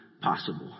possible